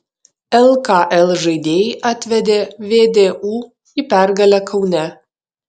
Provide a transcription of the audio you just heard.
lkl žaidėjai atvedė vdu į pergalę kaune